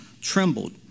trembled